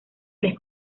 les